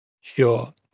Sure